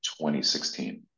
2016